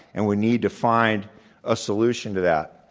and we need to find a solution to that.